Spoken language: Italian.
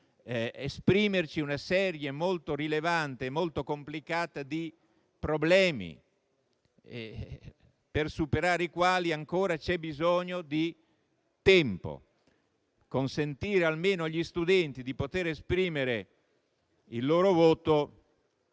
esprimerci una serie molto rilevante e complicata di problemi, per superare i quali ancora c'è bisogno di tempo. Consentire almeno agli studenti di poter esprimere il loro voto